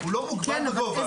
הוא לא מוקבל בגובה.